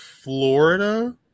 Florida